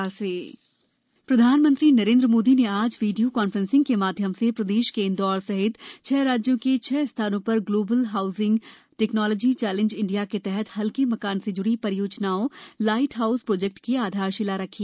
light house projects प्रधानमंत्री नरेन्द्र मोदी ने आज वीडियो कॉन्फ्रेंसिंग के माध्यम से प्रदेश के इंदौर सहित छह राज्यों के छह स्थानों पर global housing technology challenge India के तहत हल्के मकान से ज्ड़ी परियोजनाओं लाइट हाउस प्रोजेक्ट्स की आधारशिला रखी